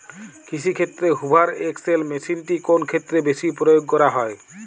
কৃষিক্ষেত্রে Hoover XL মেশিনটি কোন ক্ষেত্রে বেশি প্রয়োগ করা হয়?